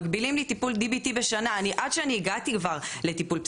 מגבילים לי טיפול DBT בשנה; עד שאני כבר הגעתי לטיפול פסיכולוגי,